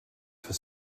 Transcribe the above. for